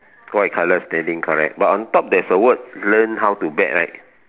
white colour standing correct but on top there's a word learn how to bet right